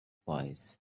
pies